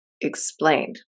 explained